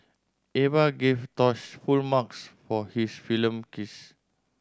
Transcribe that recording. Eva gave Tosh full marks for his film kiss